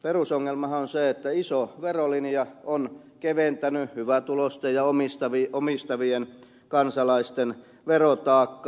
perusongelmahan on se että iso verolinja on keventänyt hyvätuloisten ja omistavien kansalaisten verotaakkaa